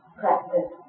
practice